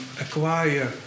acquire